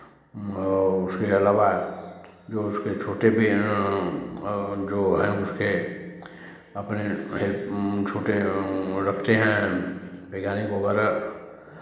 और उसके अलावा जो उसके छोटे और जो हैं उसके अपने हेल्प छोटे रखते हैं वैज्ञानिक वगैरह